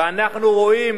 באמת,